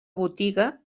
botiga